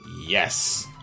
Yes